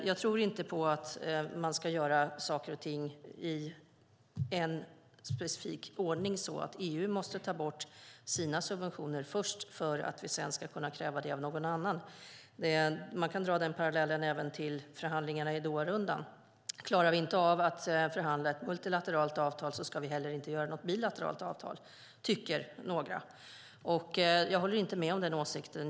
Jag tror inte på att man ska göra saker och ting i en specifik ordning så att EU måste ta bort sina subventioner först för att vi sedan ska kunna kräva det av någon annan. Man kan dra parallellen även till förhandlingarna i Doharundan. Om vi inte klarar av att förhandla ett multilateralt avtal ska vi inte heller ha något bilateralt avtal, tycker några. Jag håller inte med om den åsikten.